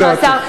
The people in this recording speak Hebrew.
ברשותך, השר.